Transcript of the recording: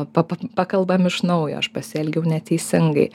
pa pa pakalbam iš naujo aš pasielgiau neteisingai